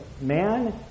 man